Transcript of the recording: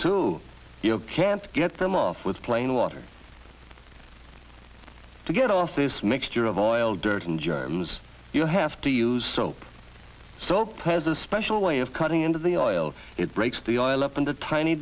know can't get them off with plain water to get off this mixture of oil dirt and germs you have to use soap so has a special way of cutting into the oil it breaks the oil up into tiny